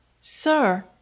Sir